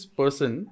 person